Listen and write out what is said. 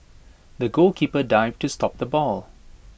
the goalkeeper dived to stop the ball